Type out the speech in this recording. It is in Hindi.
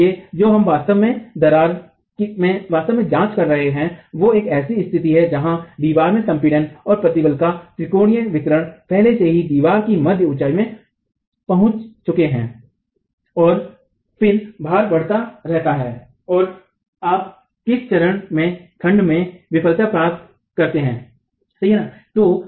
इसलिए जो हम वास्तव में जांच कर रहे हैं वह एक ऐसी स्थिति है जहां दीवार में संपीड़न में प्रतिबल का त्रिकोणीय वितरण पहले से ही दीवार की मध्य ऊंचाई में पहुंच चुके हैं और फिर भार बढ़ता रहता है और आप किस चरण में खंड में विफलता प्राप्त करते हैं सही है ना